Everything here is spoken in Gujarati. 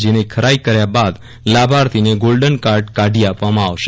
જેની ખરાઈ કર્યા બાદ લાભાર્થીને ગોલ્ડન કાર્ડ કાઢી આપવામાં આવશે